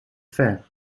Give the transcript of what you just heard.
ver